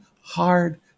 hard